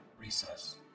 recess